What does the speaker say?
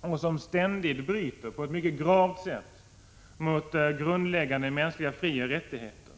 och som ständigt bryter på ett mycket gravt sätt mot grundläggande frioch rättigheter.